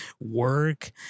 work